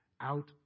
out